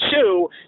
two